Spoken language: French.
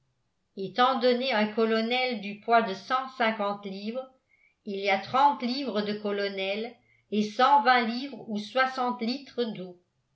étant donné un colonel du poids de cent cinquante livres il y a trente livres de colonel et cent vingt livres ou soixante litres d'eau